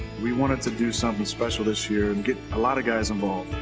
we wanted to do something special this year and get a lot of guys involved.